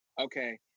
okay